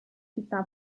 città